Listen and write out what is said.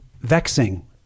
vexing